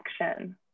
action